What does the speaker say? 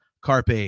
carpe